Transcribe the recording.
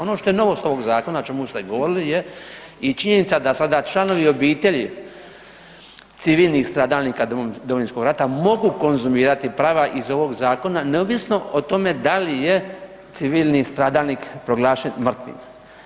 Ono što je novost ovog zakona o čemu ste govorili je i činjenica da sada članovi obitelji civilnih stradalnika Domovinskog rata mogu konzumirati prava iz ovog zakona neovisno o tome da li je civilni stradalnik proglašen mrtvim.